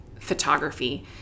photography